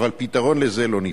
אבל פתרון לזה לא ניתן.